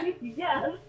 Yes